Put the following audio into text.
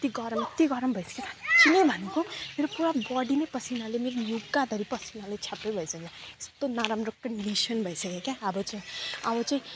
यत्ति गरम यत्ति गरम भइसक्यो साँच्चै नै भनेको मेरो पुरा बडी नै पसिनाले मेरो लुगा धरी पसिनाले छ्याप्पै भइसक्यो यस्तो नराम्रो कन्डिसन भइसक्यो क्या अब चाहिँ अब चाहिँ